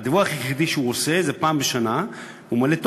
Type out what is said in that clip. בבקשה, אדוני.